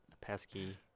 pesky